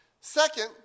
Second